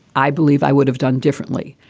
i believe i would have done differently.